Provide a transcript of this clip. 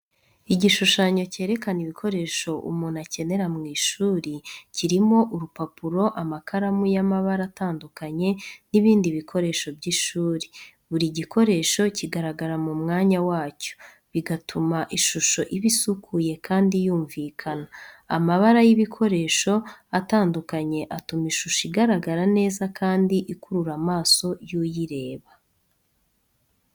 Igishushanyo cyerekana ibikoresho umuntu akenera mu ishuri, kirimo urupapuro, amakaramu y'amabara atandukanye n'ibindi bikoresho by'ishuri. Buri gikoresho kigaragara mu mwanya wacyo, bigatuma ishusho iba isukuye kandi yumvikana. Amabara y'ibikoresho atandukanye atuma ishusho igaragara neza kandi ikurura amaso yuyireba.